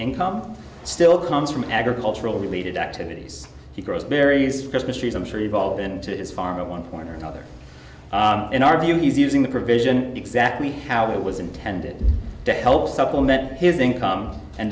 income still comes from agricultural related activities he grows berries for christmas trees i'm sure you've all been to his farm one point or another in our view he's using the provision exactly how it was intended to help supplement his income and